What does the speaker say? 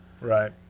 right